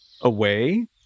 away